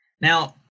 Now